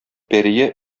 пәрие